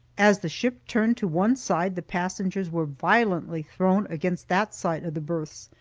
as the ship turned to one side, the passengers were violently thrown against that side of the berths,